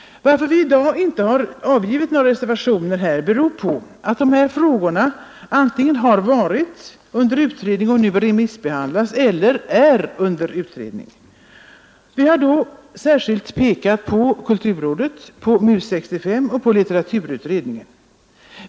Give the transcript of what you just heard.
Att vi i dag inte har avgivit några reservationer i detta fall beror på att dessa frågor antingen har varit under utredning och nu remissbehandlas eller är under utredning. Vi har då särskilt pekat på kulturrådet, MUS 65 och litteraturutredningen.